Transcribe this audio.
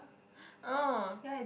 oh